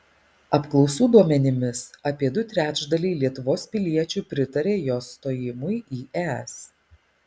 apklausų duomenimis apie du trečdaliai lietuvos piliečių pritaria jos stojimui į es